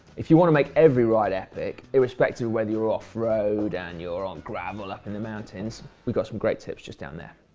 if you want to make every ride epic, irrespective of whether you're off-road and you're on gravel up in the mountains, we've got some great tips just down there.